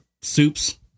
soups